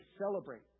celebrate